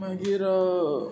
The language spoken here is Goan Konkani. मागीर